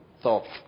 thought